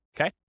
okay